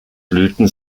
blüten